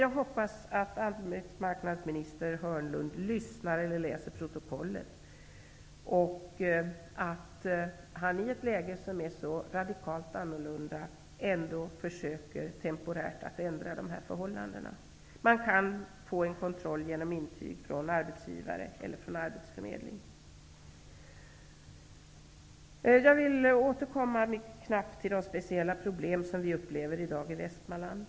Jag hoppas att arbetsmarknadsminister Hörnlund lyssnar eller läser protokollet och att han i ett läge som är så radikalt annorlunda ändå försöker att temporärt ändra förhållandena. Det går att kontrollera med hjälp av intyg från arbetsgivare eller arbetsförmedling. Jag vill återkomma till de speciella problem som vi upplever i dag i Västmanland.